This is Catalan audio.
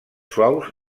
suaus